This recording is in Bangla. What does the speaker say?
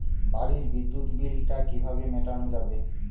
বাড়ির বিদ্যুৎ বিল টা কিভাবে মেটানো যাবে?